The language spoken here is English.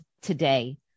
today